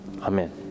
Amen